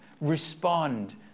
respond